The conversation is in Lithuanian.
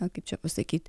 na kaip čia pasakyt